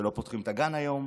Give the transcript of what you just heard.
שלא פותחים את הגן היום,